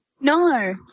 No